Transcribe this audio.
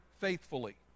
faithfully